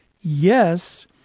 Yes